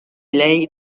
lei